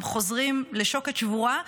הם חוזרים לשוקת שבורה,